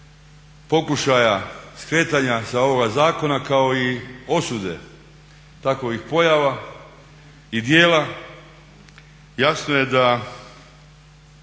pokušaja skretanja sa ovoga zakona kao i osude takvih pojava i djela jasno je da